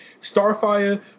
Starfire